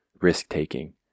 risk-taking